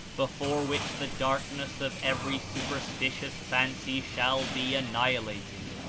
before which the darkness of every superstitious fancy shall be annihilated.